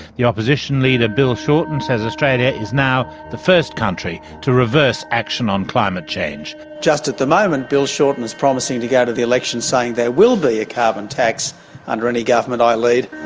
the opposition leader bill shorten says australia is now the first country to reverse action on climate change. just at the moment, bill shorten is promising to go to the election saying there will be a carbon tax under any government i lead.